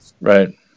Right